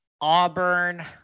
Auburn